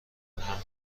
همراهمون